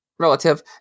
relative